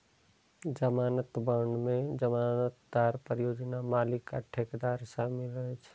जमानत बांड मे जमानतदार, परियोजना मालिक आ ठेकेदार शामिल रहै छै